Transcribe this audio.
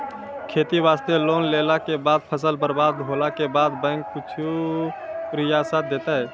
खेती वास्ते लोन लेला के बाद फसल बर्बाद होला के बाद बैंक कुछ रियायत देतै?